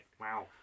Wow